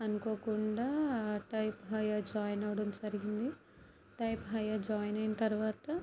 అనుకోకుండా type higher join అవ్వడం జరిగిందిటైప్ హైయర్ జాయిన్ అయిన తరువాత